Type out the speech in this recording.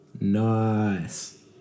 nice